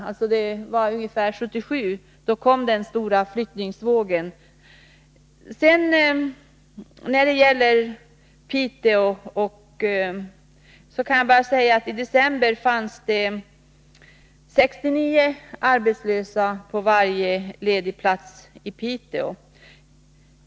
Omkring 1977 kom den första flyttningsvågen. I december fanns det 69 arbetslösa på varje ledig plats i Piteå.